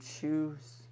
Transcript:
choose